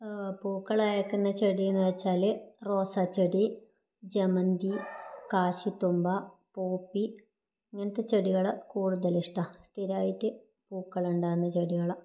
പൂക്കൾ കായ്ക്കുന്ന ചെടീന്ന് വെച്ചാൽ റോസാച്ചെടി ജമന്തി കാശിത്തുമ്പ പോപ്പി ഇങ്ങനത്തെ ചെടികൾ കൂടുതലിഷ്ടം സ്ഥിരമായിട്ട് പൂക്കളുണ്ടാകുന്ന ചെടികളാണ്